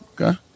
Okay